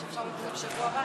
חברת הכנסת פדידה,